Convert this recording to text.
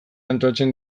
antolatzen